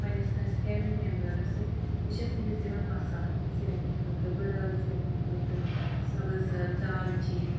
پَننِس کٲنسہِ family members سۭتۍ بہٕ چھیٚس تٔمِس دِوان مَصالہٕ ژیٹنہٕ خٲطرٕ بٕڑ عٲلہٕ ژیٹنہٕ خٲطرٕ سَبٕز عٲلہٕ دالچیٖن